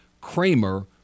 Kramer